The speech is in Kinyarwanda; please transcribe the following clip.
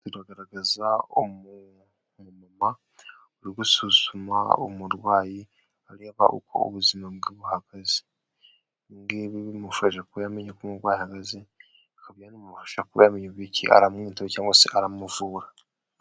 Iragaragaza umumama uri gusuzuma umurwayi areba uko ubuzima bwe buhagaze, ibi bimufasha kuba yamenya uko umurwayi ahagaze, akabasha kuba yamenya uburyo aramwitaho cyangwa se aramuvura.